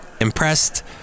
impressed